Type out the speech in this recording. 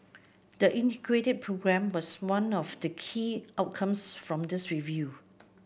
the Integrated Programme was one of the key outcomes from this review